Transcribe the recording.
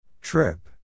Trip